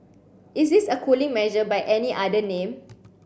is this a cooling measure by any other name